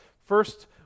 First